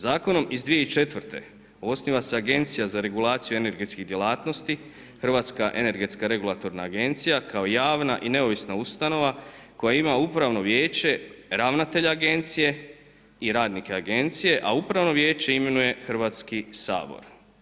Zakonom iz 2004. osniva se Agencija za regulaciju energetskih djelatnosti, Hrvatska energetska regulatorna agencija kao javna i neovisna ustanova koja ima upravno vijeće, ravnatelja agencije i radnike agencije a upravno vijeće imenuje Hrvatski sabor.